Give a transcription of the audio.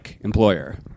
employer